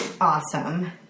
Awesome